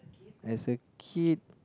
as a kid